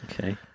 Okay